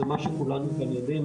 זה מה שכולנו כאן יודעים,